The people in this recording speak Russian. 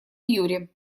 юре